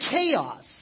chaos